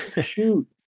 shoot